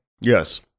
Yes